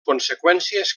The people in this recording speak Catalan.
conseqüències